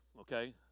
okay